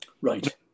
Right